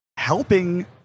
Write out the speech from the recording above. Helping